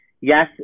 yes